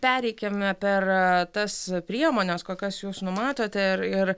pereikim per tas priemones kokias jūs numatote ir ir